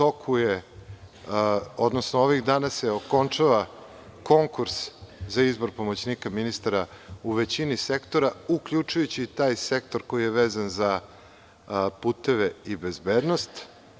Ovih dana se okončava konkurs za izbor pomoćnika ministra u većini sektora, uključujući i taj sektor koji je vezan za puteve i bezbednost.